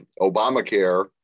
obamacare